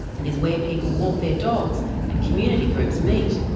and is where people walk their dogs and community groups meet.